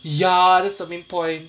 ya that's the main point